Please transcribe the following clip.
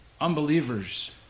Unbelievers